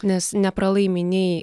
nes nepralaimi nei